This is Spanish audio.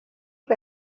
que